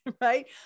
right